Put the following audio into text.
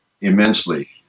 immensely